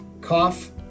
cough